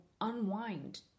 unwind